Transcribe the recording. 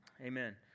Amen